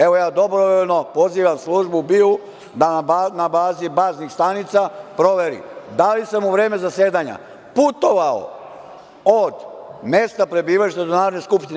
Evo, ja dobrovoljno pozivam službu BIA, da na bazi baznih stanica proveri da li sam u vreme zasedanja putovao od mesta prebivališta do Narodne skupštine.